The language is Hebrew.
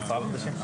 חודשים?